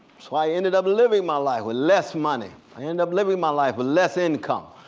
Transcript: so i ended up living my life with less money. i ended up living my life with less income,